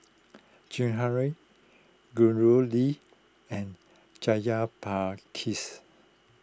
Jehangirr Gauri and Jayaprakash